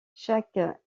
chaque